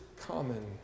common